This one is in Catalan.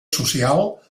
social